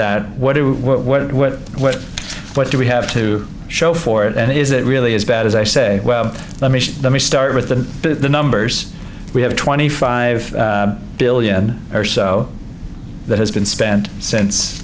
that what do what what what do we have to show for it and is it really as bad as i say well let me let me start with the numbers we have twenty five billion or so that has been spent since